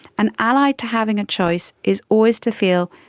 and allied to having a choice is always to feel,